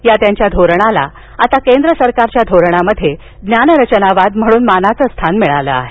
या त्यांच्या धोरणाला आता केंद्र सरकारच्या धोरणात ज्ञानरचनावाद म्हणून मानाचं स्थान मिळालं आहे